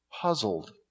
puzzled